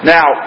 Now